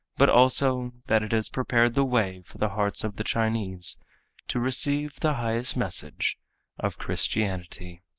but also that it has prepared the way for the hearts of the chinese to receive the highest message of christianity.